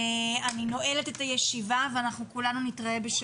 אני נועלת את הישיבה ואנחנו כולנו נתראה בדיון הבא.